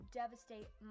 devastate